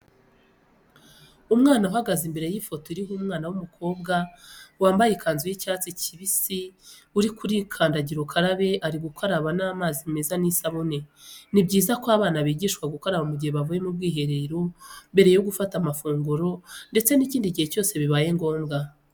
Umwana uhagaze imbere y'ifoto iriho umwana w'umukobwa wamabaye ikanzu y'icyatsi kibisi uri kuri kandagirukarabe ari gukaraba n'amazi meza n'isabune . Ni byiza ko abana bigishwa gukaraba mu gihe bavuye mu bwiherero, mbere yo gufata amafunguro ndetse n'ikindi gihe cyose bibaye ngombwa.